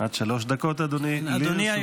עד שלוש דקות, אדוני, לרשותך.